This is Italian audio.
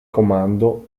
comando